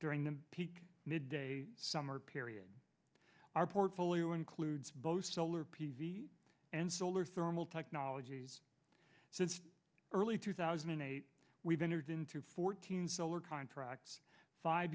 during the peak mid summer period our portfolio includes both solar p v and solar thermal technologies since early two thousand and eight we've entered into fourteen solar contracts five